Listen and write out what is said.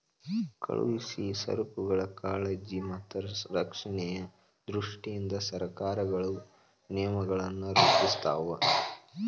ಕಳುಹಿಸೊ ಸರಕುಗಳ ಕಾಳಜಿ ಮತ್ತ ರಕ್ಷಣೆಯ ದೃಷ್ಟಿಯಿಂದ ಸರಕಾರಗಳು ನಿಯಮಗಳನ್ನ ರೂಪಿಸ್ತಾವ